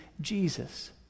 Jesus